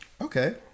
Okay